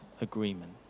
agreement